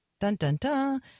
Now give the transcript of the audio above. dun-dun-dun